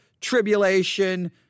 tribulation